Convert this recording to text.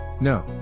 No